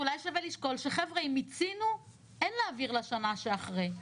אולי שווה לשקול שלא להעביר לשנה שאחרי.